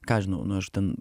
ką aš žinau nu aš ten